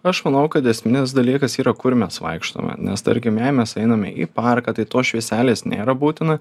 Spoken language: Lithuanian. aš manau kad esminis dalykas yra kur mes vaikštome nes tarkim jei mes einame į parką tai tos švieselės nėra būtina